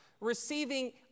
receiving